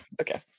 Okay